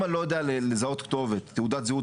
אם אני לא יודע לזהות תעודת זהות